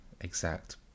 exact